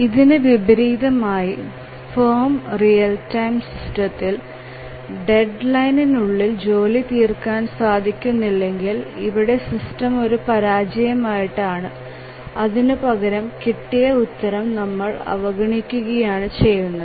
ഇതിന് വിപരീതമായി firm real time സിസ്റ്റത്തിൽ ഡെഡ്ലൈഉളിൽ ജോലി തീർക്കാൻ സാധിക്കുന്നില്ലെങ്കിൽ ഇവിടെ സിസ്റ്റം ഒരു പരാജയം ആയിട്ടല്ല അതിനുപകരം കിട്ടിയ ഉത്തരം നമ്മൾ അവഗണിക്കുകയാണ് ചെയ്യുന്നത്